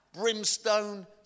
brimstone